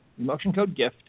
EmotionCodeGift